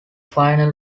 final